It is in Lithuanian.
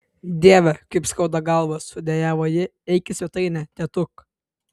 dieve kaip skauda galvą sudejavo ji eik į svetainę tėtuk